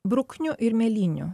bruknių ir mėlynių